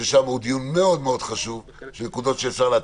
שהוא דיון מאוד מאוד חשוב עם נקודות שאפשר להציף.